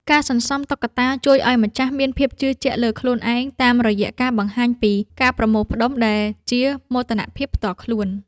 ការសន្សំតុក្កតាជួយឱ្យម្ចាស់មានភាពជឿជាក់លើខ្លួនឯង តាមរយៈការបង្ហាញពីការប្រមូលផ្ដុំដែលជាមោទនភាពផ្ទាល់ខ្លួន។